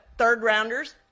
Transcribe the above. third-rounders